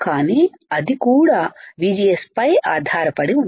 కానీ అది కూడా VGS పై ఆధారపడి ఉంది